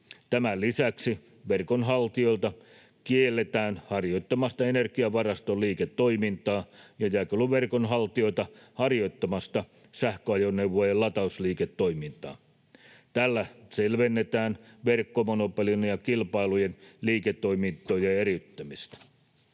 Tämän lisäksi verkonhaltijoita kielletään harjoittamasta energiavarastoliiketoimintaa ja jakeluverkonhaltijoita harjoittamasta sähköajoneuvojen latausliiketoimintaa. Tällä selvennetään verkkomonopolin ja kilpailtujen liiketoimintojen eriyttämistä.